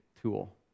tool